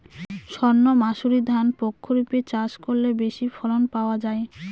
সর্ণমাসুরি ধান প্রক্ষরিপে চাষ করলে বেশি ফলন পাওয়া যায়?